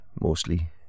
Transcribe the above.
Mostly